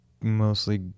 mostly